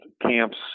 camps